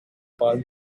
palm